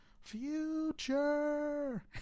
future